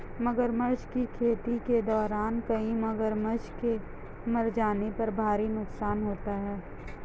मगरमच्छ की खेती के दौरान कई मगरमच्छ के मर जाने पर भारी नुकसान होता है